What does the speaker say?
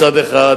מצד אחד,